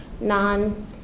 non-